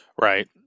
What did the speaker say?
Right